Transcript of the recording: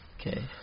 Okay